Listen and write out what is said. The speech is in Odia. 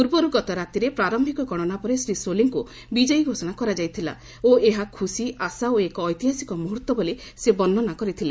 ପୂର୍ବରୁ ଗତରାତିରେ ପ୍ରାର୍ୟିକ ଗଣନା ପରେ ଶ୍ରୀ ସୋଲିଙ୍କୁ ବିଜୟୀ ଘୋଷଣା କରାଯାଇଥିଲା ଓ ଏହା ଖୁସି ଆଶା ଓ ଏକ ଐତିହାସିକ ମୁହର୍ତ୍ତ ବୋଲି ସେ ବର୍ଷନା କରିଥିଲେ